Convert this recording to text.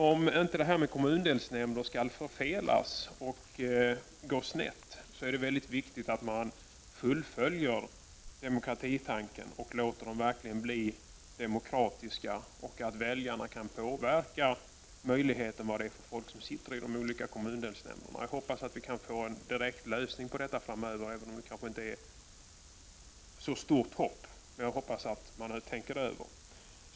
Om inte systemet med kommundelsnämnder skall förfelas och gå snett, är det mycket viktigt att man fullföljer demokratitanken och låter väljarna få påverka vilka personer som skall sitta i de olika kommundelsnämnderna. Jag hoppas att vi kan få en lösning på detta framöver, även om det kanske inte är så troligt.